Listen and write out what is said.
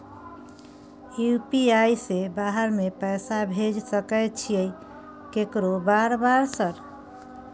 UPI से बाहर में पैसा भेज सकय छीयै केकरो बार बार सर?